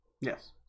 yes